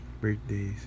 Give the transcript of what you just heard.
birthdays